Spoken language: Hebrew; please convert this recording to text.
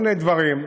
כל מיני דברים.